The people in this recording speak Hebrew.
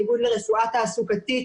האיגוד לרפואה תעסוקתית,